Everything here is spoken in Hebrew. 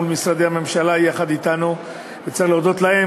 מול משרדי הממשלה יחד אתנו וצריך להודות להם,